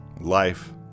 life